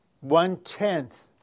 one-tenth